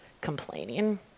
complaining